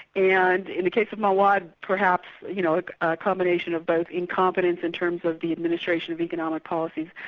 and in the case of mahuad perhaps you know a combination of both incompetence in terms of the administration of economic policy,